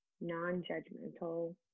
non-judgmental